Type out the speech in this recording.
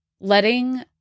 letting